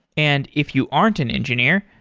and if you aren't an engineer,